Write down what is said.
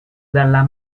dalla